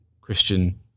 Christian